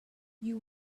you